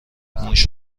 موش